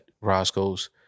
Roscoe's